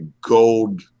gold